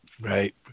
Right